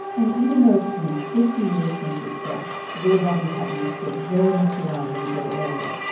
and even though it's been fifty years since his death, little bobby hutton is still very much alive in the bay area.